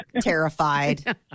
terrified